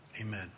Amen